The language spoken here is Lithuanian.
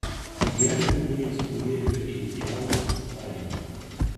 gelbėtojai skubėjo į pjaulių kaimą